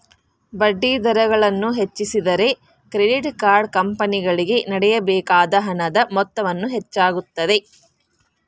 ಬಡ್ಡಿದರಗಳನ್ನು ಹೆಚ್ಚಿಸಿದರೆ, credit card ಕಂಪನಿಗಳಿಗೆ ನೇಡಬೇಕಾದ ಹಣದ ಮೊತ್ತವು ಹೆಚ್ಚಾಗುತ್ತದೆ